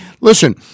Listen